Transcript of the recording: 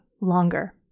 longer